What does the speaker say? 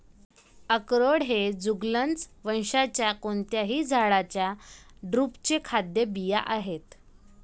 अक्रोड हे जुगलन्स वंशाच्या कोणत्याही झाडाच्या ड्रुपचे खाद्य बिया आहेत